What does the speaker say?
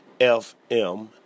FM